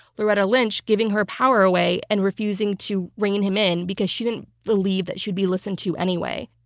loretta lynch, giving her power away and refusing to rein him in because she didn't believe that she'd be listened to anyway.